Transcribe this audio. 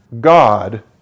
God